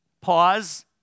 Pause